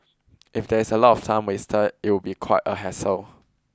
if there is a lot of time wasted it would be quite a hassle